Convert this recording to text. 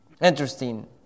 Interesting